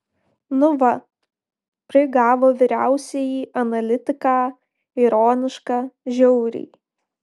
nu va prigavo vyriausiąjį analitiką ironiška žiauriai